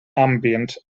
ambient